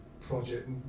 project